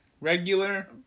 Regular